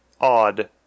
Odd